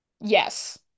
Yes